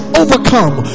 overcome